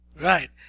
right